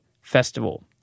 Festival